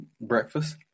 breakfast